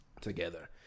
together